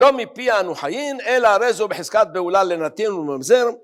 לא מפיה אנו חיין, אלא הרי זו בחזקת בעולה לנתין ולממזר